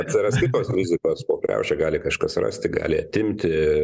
atsiras kitos rizikos po kriauše gali kažkas surasti gali atimti